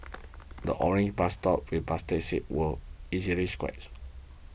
the orange bus stops play plastic seats were easily scratched